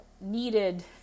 needed